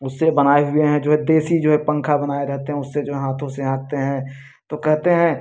उससे बनाए हुए हैं जो है देशी जो है पंखा बनाए रेहते हैं उससे जो है हाथों से हाँकते हैं तो कहते हैं